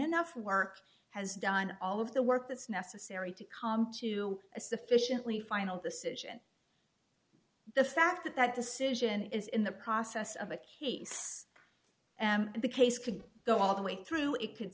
enough work has done all of the work that's necessary to come to a sufficiently final decision the fact that that decision is in the process of a case and the case could go all the way through it could